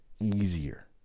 easier